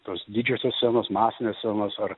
tos didžiosios scenos masinės scenos ar